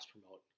promote